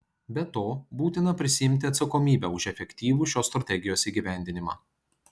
be to būtina prisiimti atsakomybę už efektyvų šios strategijos įgyvendinimą